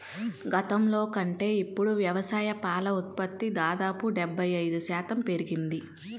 గతంలో కంటే ఇప్పుడు వ్యవసాయ పాల ఉత్పత్తి దాదాపు డెబ్బై ఐదు శాతం పెరిగింది